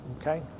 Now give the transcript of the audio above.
okay